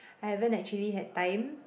I haven't actually had time